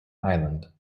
island